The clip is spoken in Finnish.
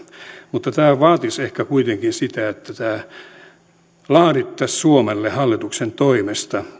mutta tämä vaatisi ehkä kuitenkin sitä että laadittaisiin suomelle hallituksen toimesta